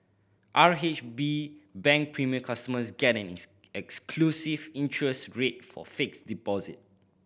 R H B Bank Premier customers get an exclusive interest rate for fixed deposit